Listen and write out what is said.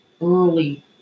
early